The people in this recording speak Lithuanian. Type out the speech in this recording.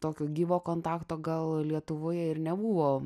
tokio gyvo kontakto gal lietuvoje ir nebuvo